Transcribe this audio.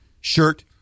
shirt